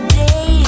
day